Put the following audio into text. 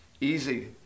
Easy